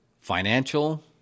financial